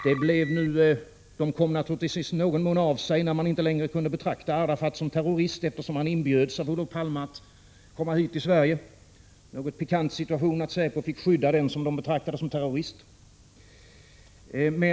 De kom naturligtvis i någon mån av sig när man inte längre kunde betrakta Arafat som terrorist, eftersom han inbjöds av Olof Palme att komma hit till Sverige — en något pikant situation att säpo fick skydda den som man betraktade som terrorist!